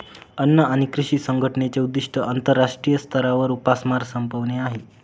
अन्न आणि कृषी संघटनेचे उद्दिष्ट आंतरराष्ट्रीय स्तरावर उपासमार संपवणे आहे